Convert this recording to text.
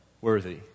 worthy